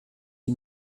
une